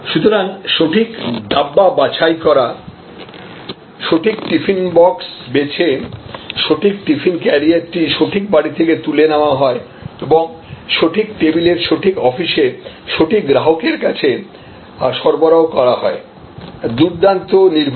সুতরাং সঠিক ডাব্বা বাছাই করা হয় সঠিক টিফিন বাক্স বেছে সঠিক টিফিন ক্যারিয়ারটি সঠিক বাড়ি থেকে তুলে নেওয়া হয় এবং সঠিক টেবিলের সঠিক অফিসে সঠিক গ্রাহকের কাছে সরবরাহ করা হয় দুর্দান্ত নির্ভুলতা